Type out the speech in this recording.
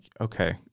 okay